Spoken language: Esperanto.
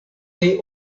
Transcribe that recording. oni